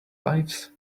lives